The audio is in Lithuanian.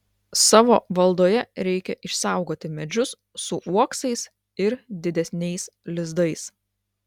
savo valdoje reikia išsaugoti medžius su uoksais ir didesniais lizdais